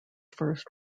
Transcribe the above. first